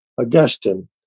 Augustine